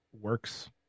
works